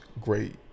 great